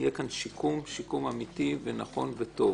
שיהיה כאן שיקום אמיתי, נכון וטוב.